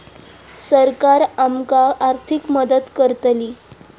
सरकार आमका आर्थिक मदत करतली?